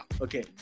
okay